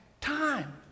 time